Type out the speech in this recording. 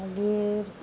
मागीर